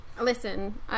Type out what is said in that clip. listen